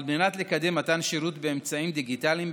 על מנת לקדם שירות באמצעים דיגיטליים,